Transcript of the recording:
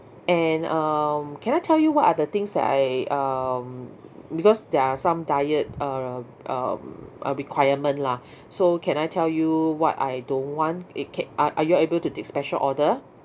and um can I tell you what are the things that I um because there are some diet uh um uh requirement lah so can I tell you what I don't want it can uh are you all able to take special order